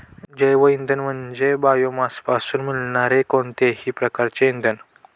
जैवइंधन म्हणजे बायोमासपासून मिळणारे कोणतेही प्रकारचे इंधन